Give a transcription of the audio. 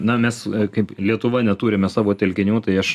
na mes kaip lietuva neturime savo telkinių tai aš